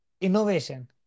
innovation